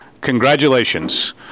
Congratulations